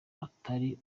atari